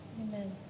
Amen